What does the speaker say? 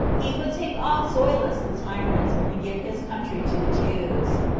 he would take off zoilus the tyrant, and give his country to the jews.